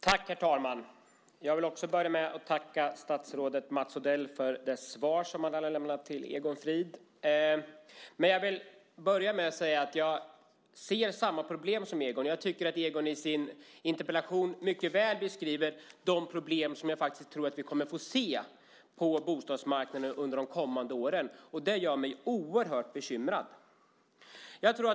Herr talman! Också jag vill börja med att tacka statsrådet Mats Odell för det svar han har lämnat till Egon Frid. Jag ser samma problem som Egon. Jag tycker att Egon i sin interpellation mycket väl beskriver de problem som jag tror att vi kommer att få se på bostadsmarknaden under de kommande åren. Det gör mig oerhört bekymrad.